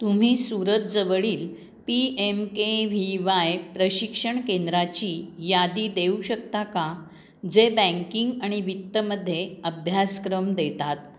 तुम्ही सुरत जवळील P M K V Y प्रशिक्षण केंद्राची यादी देऊ शकता का जे बँकिंग आणि वित्तमध्ये अभ्यासक्रम देतात